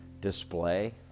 Display